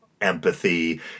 empathy